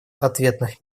ответных